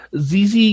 ZZ